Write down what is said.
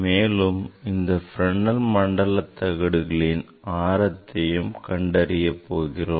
மேலும் இந்த Fresnel மண்டலங்களின் ஆரத்தையும் கண்டறிய போகிறோம்